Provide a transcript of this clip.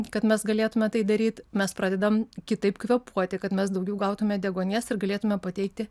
kad mes galėtume tai daryt mes pradedam kitaip kvėpuoti kad mes daugiau gautume deguonies ir galėtume pateikti